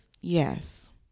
Yes